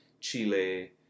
Chile